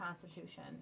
Constitution